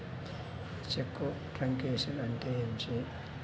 చెక్కు truncation అంటే ఏమిటి?